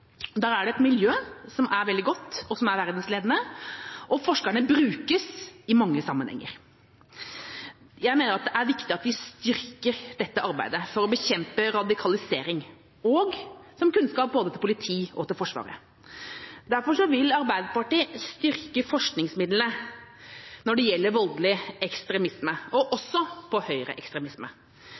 Der er det et miljø som er veldig godt, og som er verdensledende, og forskerne brukes i mange sammenhenger. Jeg mener at det er viktig at vi styrker dette arbeidet for å bekjempe radikalisering, men også for å kunne gi kunnskap til både politiet og Forsvaret. Derfor vil Arbeiderpartiet styrke forskningsmidlene til forskning på voldelig ekstremisme – også på høyreekstremisme.